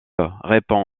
répond